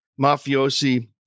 mafiosi